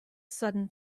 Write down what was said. sudden